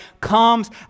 comes